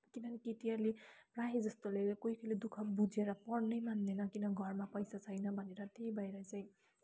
किनकि केटीहरूले प्रायःजस्तोले कोही कोहीले दुःख बुझेर पढ्नै मान्दैन किन घरमा पैसा छैन भन्छ त्यही भएर चाहिँ